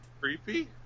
creepy